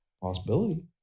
Possibility